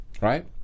Right